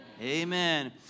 Amen